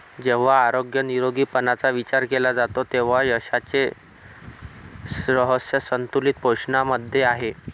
जेव्हा आरोग्य निरोगीपणाचा विचार केला जातो तेव्हा यशाचे रहस्य संतुलित पोषणामध्ये आहे